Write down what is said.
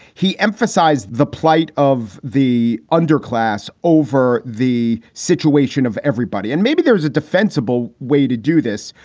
he emphasized the plight of the underclass over the situation of everybody. and maybe there is a defensible way to do this.